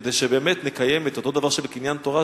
כדי שבאמת נקיים את אותו דבר שבקניין תורה,